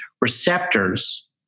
receptors